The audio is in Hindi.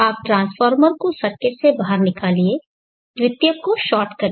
आप ट्रांसफार्मर को सर्किट से बाहर निकालिये द्वितीयक को शॉर्ट करे